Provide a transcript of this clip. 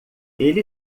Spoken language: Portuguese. ele